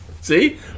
See